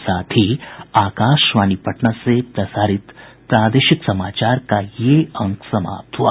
इसके साथ ही आकाशवाणी पटना से प्रसारित प्रादेशिक समाचार का ये अंक समाप्त हुआ